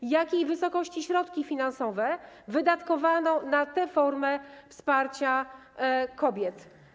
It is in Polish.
W jakiej wysokości środki finansowe wydatkowano na tę formę wsparcia kobiet?